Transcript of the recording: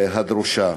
הדרושה.